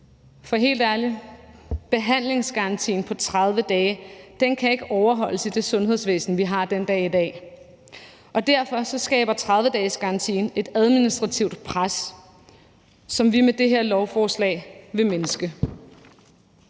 For helt ærligt kan behandlingsgarantien på 30 dage ikke overholdes i det sundhedsvæsen, vi har den dag i dag, og derfor skaber 30-dagesgarantien et administrativt pres, som vi med det her lovforslag vil mindske.